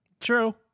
True